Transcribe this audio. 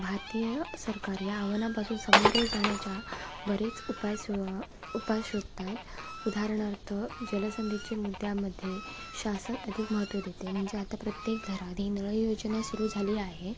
भारतीय सरकार या आव्हानापासून सामोरे जाण्याच्या बरेच उपाय सो उपाय शोधत आहेत उदाहरणार्थ जलसंधीचे मुद्यामध्ये शासन अधिक महत्त्व देते म्हणजे आता प्रत्येक घरादे नळ योजना सुरू झाली आहे